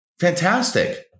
Fantastic